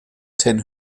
ten